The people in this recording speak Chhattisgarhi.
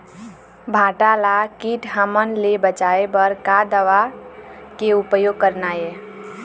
भांटा ला कीट हमन ले बचाए बर का दवा के उपयोग करना ये?